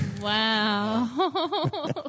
Wow